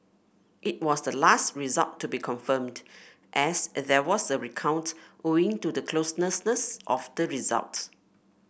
it was the last result to be confirmed as there was a recount owing to the closeness of the result